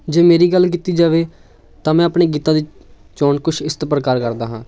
ਜੇ ਮੇਰੀ ਗੱਲ ਕੀਤੀ ਜਾਵੇ ਤਾਂ ਮੈਂ ਆਪਣੇ ਗੀਤਾਂ ਦੀ ਚੋਣ ਕੁਛ ਇਸ ਤ ਪ੍ਰਕਾਰ ਕਰਦਾ ਹਾਂ